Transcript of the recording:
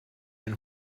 ein